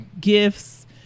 gifts